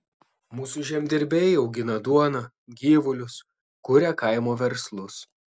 mūsų žemdirbiai augina duoną gyvulius kuria kaimo verslus